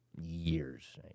years